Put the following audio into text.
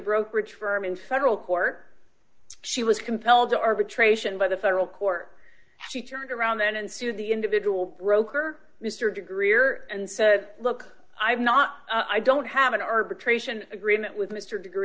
brokerage firm in federal court she was compelled to arbitration by the federal court she turned around then and sued the individual broker mr greer and said look i'm not i don't have an arbitration agreement with mr degree